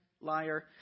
Liar